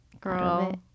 Girl